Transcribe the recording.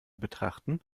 betrachten